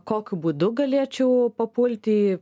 kokiu būdu galėčiau papulti